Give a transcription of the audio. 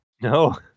No